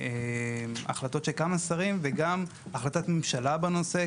החלטות של כמה שרים והחלטת ממשלה בנושא,